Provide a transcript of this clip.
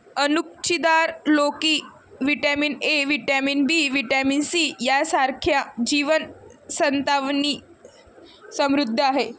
अणकुचीदार लोकी vitamin A, vitamin B, vitamin C यांसारख्या जीवन सत्त्वांनी समृद्ध आहे